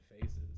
faces